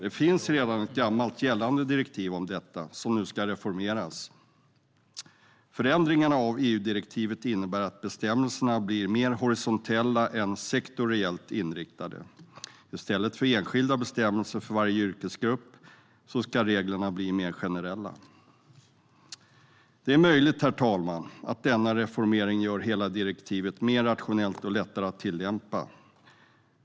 Det finns redan ett gammalt gällande direktiv om detta, och det ska nu reformeras. Förändringen av EU-direktivet innebär att bestämmelserna blir mer horisontella än sektoriellt inriktade. I stället för enskilda bestämmelser för varje yrkesgrupp ska reglerna bli mer generella. Det är möjligt, herr talman, att denna reformering gör hela direktivet mer rationellt och lättare att tillämpa.